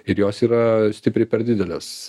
ir jos yra stipriai per didelės